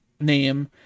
name